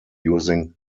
using